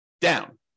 down